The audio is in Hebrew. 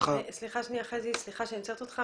סליחה שאני עוצרת אותך.